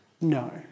No